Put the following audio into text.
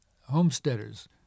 homesteaders